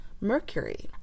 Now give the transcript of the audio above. Mercury